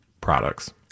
products